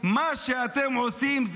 מה שאתם עושים,